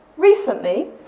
Recently